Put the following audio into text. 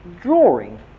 drawing